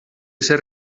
ser